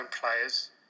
players